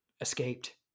escaped